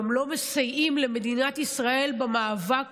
גם לא מסייעים למדינת ישראל במאבק